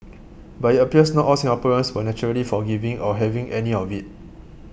but it appears not all Singaporeans were naturally forgiving or having any of it